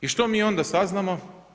I što mi onda saznamo?